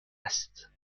است